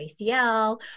ACL